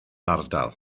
ardal